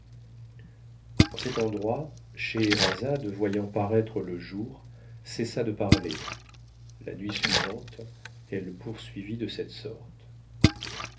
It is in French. en cet endroit scheherazade voyant paraître le jour cessa de parler la nuit suivante elle poursuivit de cette sorte